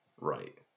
Right